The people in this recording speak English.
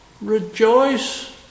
Rejoice